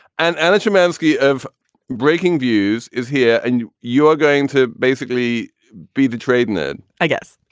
and anna shmancy of breakingviews is here. and you are going to basically be the trading it. i guess